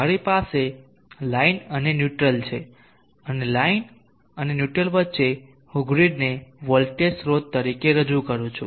મારી પાસે લાઇન અને ન્યુટ્રલ છે અને લાઇન અને ન્યુટ્રલ વચ્ચે હું ગ્રીડને વોલ્ટેજ સ્રોત તરીકે રજૂ કરું છું